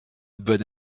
bonne